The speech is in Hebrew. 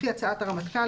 לפי הצעת הרמטכ"ל,